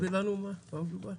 במה מדובר?